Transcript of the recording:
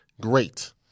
great